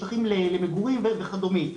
שטחים למגורים וכדומה.